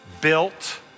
built